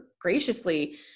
graciously